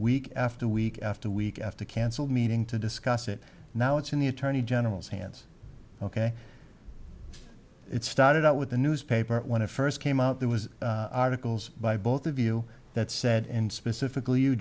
week after week after week after cancelled meeting to discuss it now it's in the attorney general's hands ok it started out with the newspaper when it first came out there was articles by both of you that said and specifically you